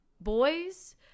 boys